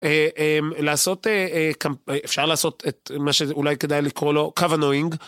אפשר לעשות את מה שאולי כדאי לקרוא לו קו knowing.